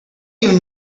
even